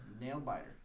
Nail-biter